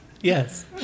Yes